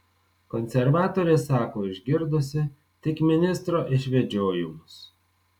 konservatorė sako išgirdusi tik ministro išvedžiojimus